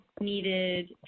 needed